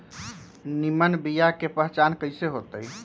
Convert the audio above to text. निमन बीया के पहचान कईसे होतई?